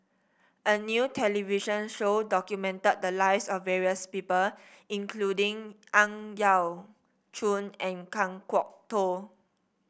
a new television show documented the lives of various people including Ang Yau Choon and Kan Kwok Toh